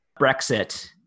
Brexit